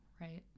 right